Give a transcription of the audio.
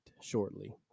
shortly